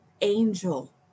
angel